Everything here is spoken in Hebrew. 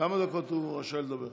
כמה דקות הוא רשאי לדבר?